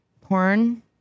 porn